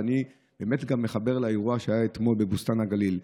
אני מחבר לזה גם את האירוע שהיה אתמול בבוסתן הגליל.